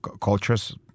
cultures